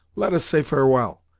let us say farewell,